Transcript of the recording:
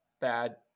bad